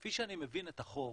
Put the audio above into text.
כפי שאני מבין את החוק,